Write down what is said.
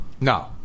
No